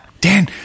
Dan